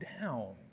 down